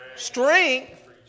Strength